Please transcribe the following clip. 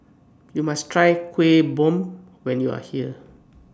YOU must Try Kueh Bom when YOU Are here